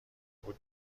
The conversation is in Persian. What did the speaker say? بود